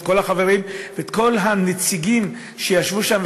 ואת כל החברים ואת כל הנציגים שישבו שם,